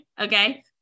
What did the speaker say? Okay